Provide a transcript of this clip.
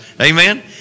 Amen